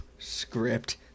Script